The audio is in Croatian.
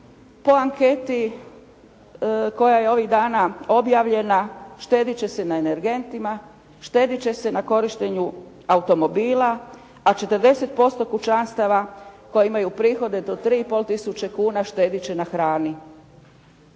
po anketi koja je ovih dana objavljena štedjeti će se na energentima, štedjeti će se na korištenju automobila, a 40% kućanstava koje imaju prihode do 3,5 tisuće kuna štedjeti će na hrani.